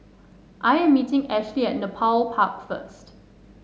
I am meeting Ashely at Nepal Park first